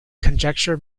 conjecture